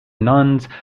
nuns